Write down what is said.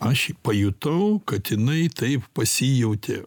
aš pajutau kad jinai taip pasijautė